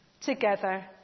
together